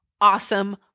awesome